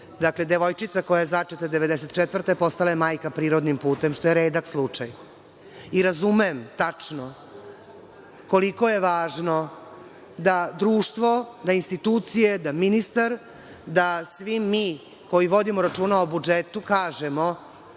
Dakle, devojčica koja je začeta 1994. godine, postala je majka prirodnim putem, što je redak slučaj. I razumem tačno koliko je važno da društvo, da institucije, da ministar, da svi mi koji vodimo računa o budžetu kažemo